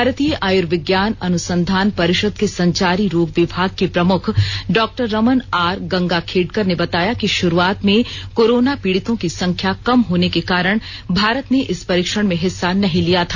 भारतीय आयुर्विज्ञान अनुसंधान परिषद के संचारी रोग विभाग के प्रमुख डॉक्टर रमन आर गंगाखेडकर ने बताया कि शुरूआत में कोरोना पीडितों की संख्या कम होने के कारण भारत ने इस परीक्षण में हिस्सा नहीं लिया था